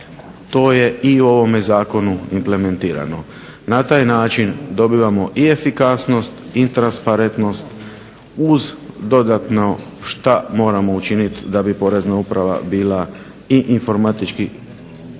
To je u ovome zakonu implementirano. Na taj način dobivamo i efikasnost i transparentnost uz dodatno što moramo učiniti da bi Porezna uprava bila i informatički